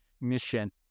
mission